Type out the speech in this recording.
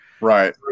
Right